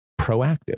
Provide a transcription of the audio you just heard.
proactive